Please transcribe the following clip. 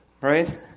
Right